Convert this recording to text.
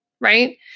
Right